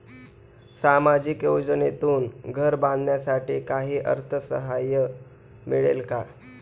सामाजिक योजनेतून घर बांधण्यासाठी काही अर्थसहाय्य मिळेल का?